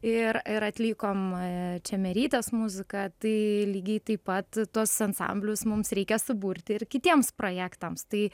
ir ir atlikom čemerytės muziką tai lygiai taip pat tuos ansamblius mums reikia suburti ir kitiems projektams tai